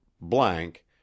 Blank